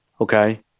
Okay